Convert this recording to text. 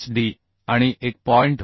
5 D आणि 1